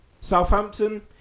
Southampton